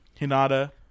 Hinata